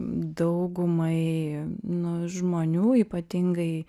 daugumai nu žmonių ypatingai